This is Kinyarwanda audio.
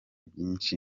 byinshi